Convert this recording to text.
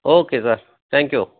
okay sir thank you